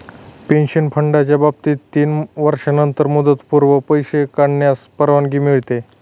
pension फंडाच्या बाबतीत तीन वर्षांनंतरच मुदतपूर्व पैसे काढण्यास परवानगी मिळते